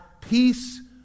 peace